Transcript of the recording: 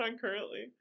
currently